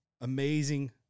Amazing